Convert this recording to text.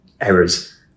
errors